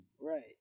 Right